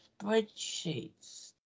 spreadsheets